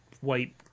white